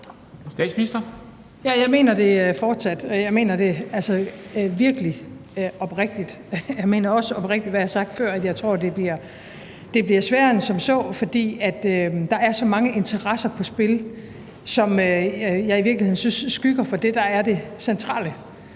Ja, jeg mener det fortsat, og jeg mener det altså virkelig oprigtigt. Jeg mener også oprigtigt, hvad jeg har sagt før, nemlig at jeg tror, det bliver sværere end som så, fordi der er så mange interesser på spil, som jeg i virkeligheden synes skygger for det, der er det centrale.